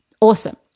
Awesome